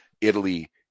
Italy